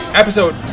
episode